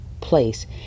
place